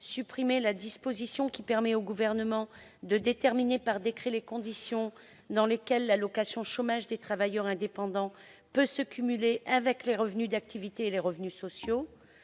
supprimer la disposition permettant au Gouvernement de déterminer par décret les conditions dans lesquelles l'allocation chômage des travailleurs indépendants peut se cumuler avec les revenus d'activité et les revenus sociaux.